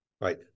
Right